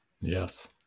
Yes